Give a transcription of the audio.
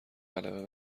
غلبه